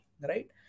right